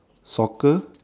soccer